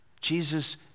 Jesus